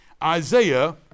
Isaiah